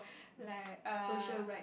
like err